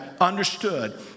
understood